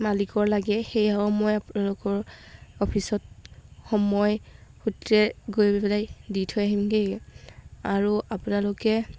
মালিকৰ লাগে সেয়েহে মই আপোনালোকৰ অফিচত সময় সূত্ৰে গৈ পেলাই দি থৈ আহিমগৈ আৰু আপোনালোকে